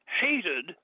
hated